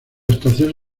estación